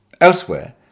Elsewhere